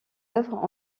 œuvres